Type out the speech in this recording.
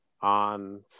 on